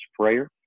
prayer